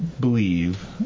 believe